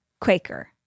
Quaker